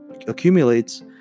accumulates